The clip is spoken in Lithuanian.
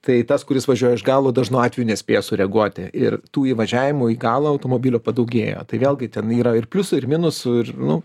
tai tas kuris važiuoja iš galo dažnu atveju nespėja sureguoti ir tų įvažiavimų į galą automobilio padaugėjo tai vėlgi ten yra ir pliusų ir minusų ir nu